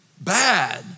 bad